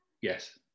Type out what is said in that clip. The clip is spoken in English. yes